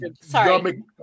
Sorry